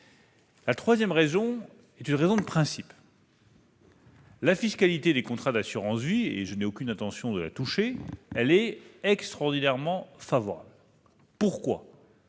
La troisième raison est de principe. La fiscalité des contrats d'assurance vie, à laquelle je n'ai aucune intention de toucher, est extraordinairement favorable. Pourquoi ?